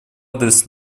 адрес